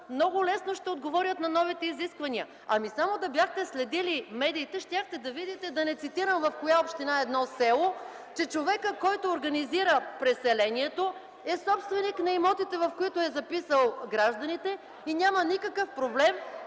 много лесно ще отговорят на новите изисквания. (Шум и реплики от ГЕРБ.) Ами само да бяхте следили медиите, щяхте да видите, да не цитирам в коя община, едно село, че човекът, който организира преселението, е собственик на имотите, в които е записал гражданите, и няма никакъв проблем